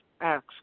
acts